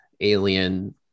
alien